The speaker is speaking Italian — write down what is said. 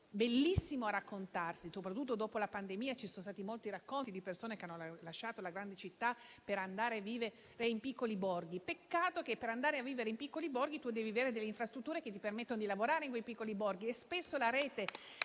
Bellissimo a raccontarsi (soprattutto dopo la pandemia ci sono stati molti racconti di persone che hanno lasciato la grande città per andare a vivere in piccoli borghi); peccato, però, che per farlo si debbano avere infrastrutture che permettano di lavorare in quei piccoli borghi.